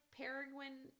peregrine